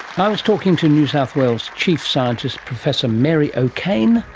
i was talking to new south wales chief scientist professor mary o'kane,